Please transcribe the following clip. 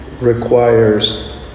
requires